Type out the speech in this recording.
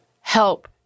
help